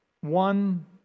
one